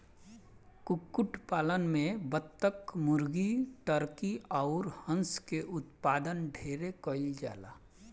कुक्कुट पालन में बतक, मुर्गी, टर्की अउर हंस के उत्पादन ढेरे कईल जाला